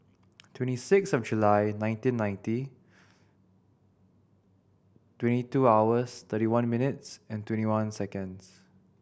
twenty six of July nineteen ninety twenty two hours thirty one minutes and twenty one seconds